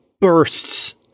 bursts